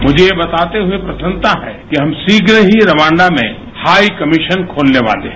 मझे ये बताते हुए यह प्रसन्नता है कि हम शीघ्र ही रवांडा में हाई कमीशन खोलने वाले हैं